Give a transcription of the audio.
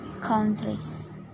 countries